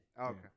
okay